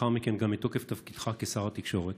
ולאחר מכן גם מתוקף תפקידך כשר התקשורת,